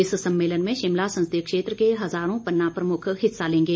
इस सम्मेलन में शिमला संसदीय क्षेत्र के हज़ारों पन्ना प्रमुख हिस्सा लेंगे